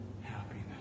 happiness